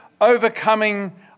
overcoming